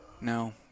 No